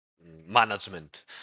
management